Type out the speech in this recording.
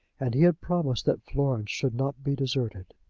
and he had promised that florence should not be deserted.